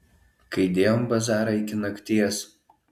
kai dėjom bazarą iki nakties